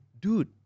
dude